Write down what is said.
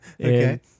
Okay